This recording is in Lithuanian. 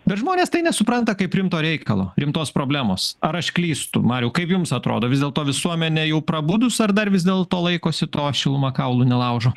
bet žmonės tai nesupranta kaip rimto reikalo rimtos problemos ar aš klystu mariau kaip jums atrodo vis dėlto visuomenė jau prabudus ar dar vis dėlto laikosi to šiluma kaulų nelaužo